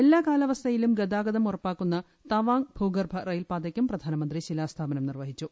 എല്ലാ കാലാവസ്ഥയിലും ഗതാഗതം ഉറപ്പാക്കുന്ന തവാങ് ഭൂഗ്ലൂഭ റെയിൽപാതയ്ക്കും പ്രധാനമന്ത്രി ശിലാസ്ഥാപനം നിർവ്വഹിച്ചു